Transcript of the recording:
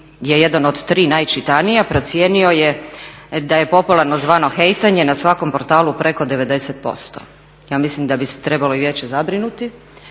je jedan od tri najčitanija procijenio je da je popularno zvano hejtanje na svakom portalu preko 90%. Ja mislim da bi se trebalo i vijeće zabrinuti